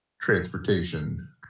transportation